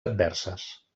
adverses